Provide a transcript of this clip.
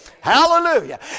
hallelujah